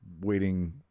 waiting